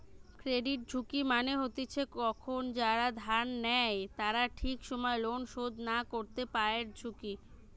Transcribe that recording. credit ঝুঁকি মানে হতিছে কখন যারা ধার নেই তারা ঠিক সময় লোন শোধ না করতে পায়ারঝুঁকি